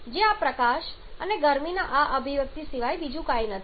જે આ પ્રકાશ અને ગરમીના આ અભિવ્યક્તિ સિવાય બીજું કંઈ નથી